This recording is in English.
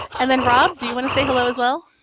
and then rob, do you want to say hello as well?